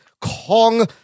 Kong